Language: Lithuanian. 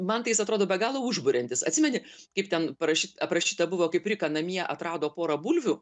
man tai jis atrodo be galo užburiantis atsimeni kaip ten parašyt aprašyta buvo kaip rika namie atrado porą bulvių